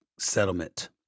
settlement